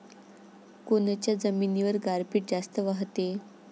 कोनच्या जमिनीवर गारपीट जास्त व्हते?